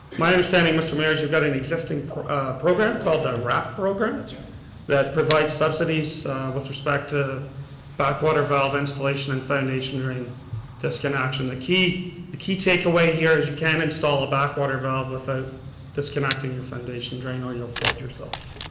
my understanding mr. mayor is you've got an existing program called the wrap program that provides subsidies with respect to backwater valve instillation and foundation drain disconnection. the key the key takeaway here is you can install a backwater valve without ah disconnecting your foundation drain or you'll flood yourself.